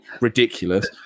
ridiculous